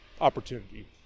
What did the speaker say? opportunity